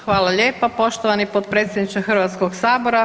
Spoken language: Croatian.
Hvala lijepa poštovani potpredsjedniče Hrvatskog sabora.